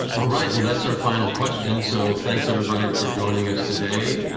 all right, well, that's our final question. so thanks everybody for joining us today.